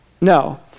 No